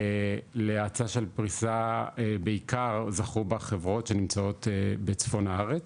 להאצה של הפריסה בעיקר זכו בה חברות שנמצאות בצפון הארץ,